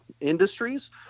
industries